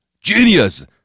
Genius